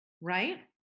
Right